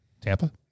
Tampa